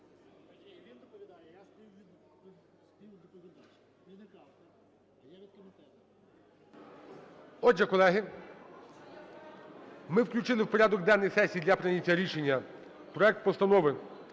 Отже, колеги, ми включили в порядок денний сесії для прийняття рішення проект Постанови